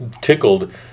tickled